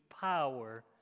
power